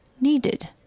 needed